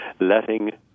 letting